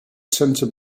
center